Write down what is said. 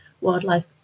Wildlife